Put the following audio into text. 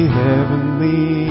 heavenly